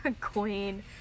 Queen